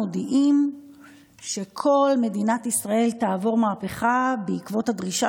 מודיעים שכל מדינת ישראל תעבור מהפכה בעקבות הדרישה